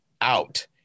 out